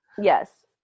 Yes